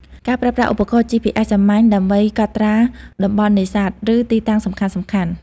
ការប្រើប្រាស់ឧបករណ៍ GPS សាមញ្ញដើម្បីកត់ត្រាតំបន់នេសាទ ឬទីតាំងសំខាន់ៗ។